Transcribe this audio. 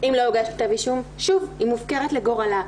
אם לא הוגש כתב אישום שוב היא מופקרת לגורלה.